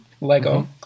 Lego